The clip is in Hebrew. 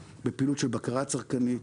בפעילות של בקרה צרכנית,